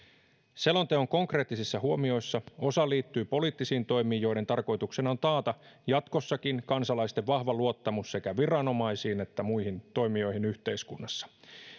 selonteon konkreettisista huomioista osa liittyy poliittisiin toimiin joiden tarkoituksena on taata jatkossakin kansalaisten vahva luottamus sekä viranomaisiin että muihin toimijoihin yhteiskunnassa